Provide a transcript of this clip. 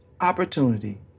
opportunity